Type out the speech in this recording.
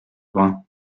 brin